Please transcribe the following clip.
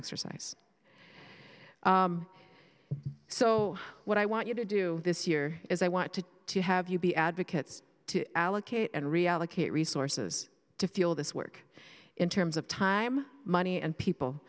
exercise so what i want you to do this year is i want to to have you be advocates to allocate and reallocate resources to feel this work in terms of time money and people